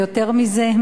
ויותר מזה,